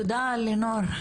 תודה אלינור,